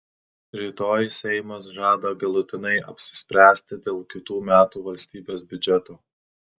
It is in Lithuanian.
rytoj seimas žada galutinai apsispręsti dėl kitų metų valstybės biudžeto